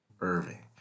Irving